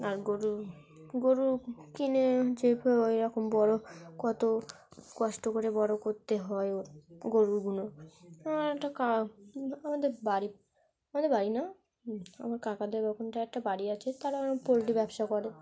আর গরু গরু কিনে যেভাবে ওইরকম বড় কত কষ্ট করে বড় করতে হয় ও গরুগুলো আমার একটা কা আমাদের বাড়ি আমাদের বাড়ি না আমার কাকাদের ওখানটায় একটা বাড়ি আছে তারা ওরকম পোলট্রি ব্যবসা করে